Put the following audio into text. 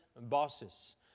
bosses